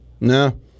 No